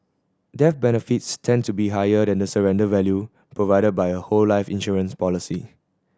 death benefits tend to be higher than the surrender value provided by a whole life insurance policy